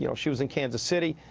you know she was in kansas city.